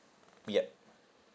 ya